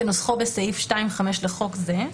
כנוסחו בסעיף 2(5) לחוק זה,